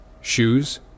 shoes